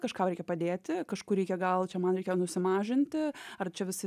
kažkam reikia padėti kažkur reikia gal čia man reikia nusimažinti ar čia visi